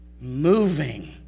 moving